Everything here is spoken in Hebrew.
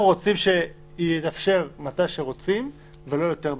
אנחנו רוצים שיתאפשר מתי שרוצים ולא יותר מ-.